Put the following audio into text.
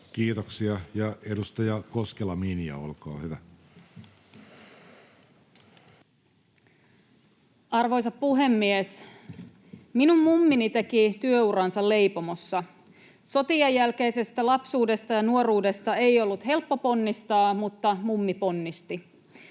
sisällä. Edustaja Koskela, Minja, olkaa hyvä. Arvoisa puhemies! Minun mummini teki työuransa leipomossa. Sotien jälkeisestä lapsuudesta ja nuoruudesta ei ollut helppo ponnistaa, mutta mummi ponnisti.